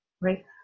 Right